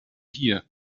hier